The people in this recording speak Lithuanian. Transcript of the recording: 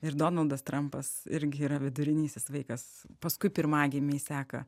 ir donaldas trumpas irgi yra vidurinysis vaikas paskui pirmagimiai seka